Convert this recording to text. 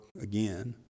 again